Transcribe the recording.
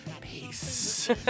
peace